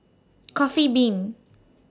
Coffee Bean